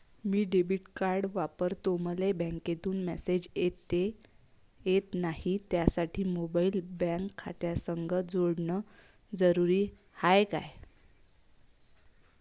मी debit card वापरतो मले बँकेतून मॅसेज येत नाही, त्यासाठी मोबाईल बँक खात्यासंग जोडनं जरुरी हाय का?